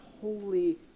holy